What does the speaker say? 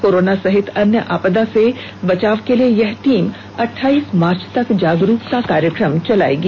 corona सहित अन्य आपदा से बचाव के लिए यह टीम अठाइस मार्च तक जागरूकता कार्यक्रम चलाएगी